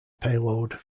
payload